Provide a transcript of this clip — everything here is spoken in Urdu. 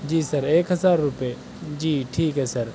جی سر ایک ہزار روپئے جی ٹھیک ہے سر